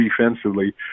defensively